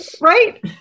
right